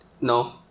No